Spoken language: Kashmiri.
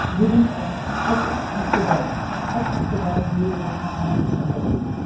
وِدِن اَکہِ ہفتہٕ بعد اَکہِ ہفتہٕ بعد مِلیٚیہِ اَسہِ یِم تمام فیسَلٹیٖز